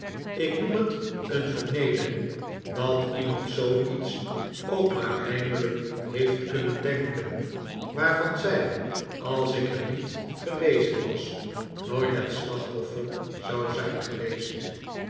ik noem het een vernedering dat iemand zooiets ook maar heimelijk heeft kunnen denken waarvan zij als ik er niet geweest was nodit het slachtoffer zou zijn geweest